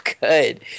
good